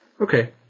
Okay